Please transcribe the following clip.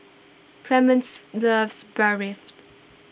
Clemence loves